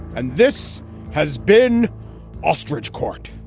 and this has been ostrich caught